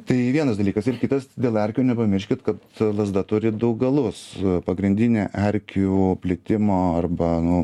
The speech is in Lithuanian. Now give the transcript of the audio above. tai vienas dalykas ir kitas dėl erkių nepamirškit kad lazda turi du galus pagrindinė erkių plitimo arba nu